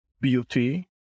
beauty